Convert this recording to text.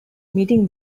meeting